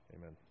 Amen